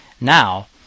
now